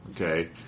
Okay